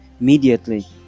immediately